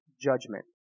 judgment